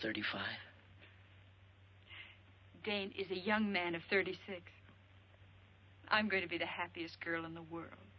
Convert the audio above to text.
thirty five days is a young man of thirty six i'm going to be the happiest girl in the world